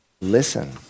listen